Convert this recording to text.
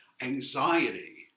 anxiety